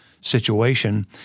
situation